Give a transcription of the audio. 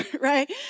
right